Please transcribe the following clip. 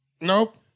nope